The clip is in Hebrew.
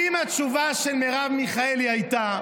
אם התשובה של מרב מיכאלי הייתה,